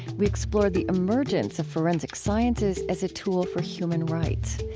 we explore the emergence of forensic sciences as a tool for human rights.